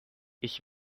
ich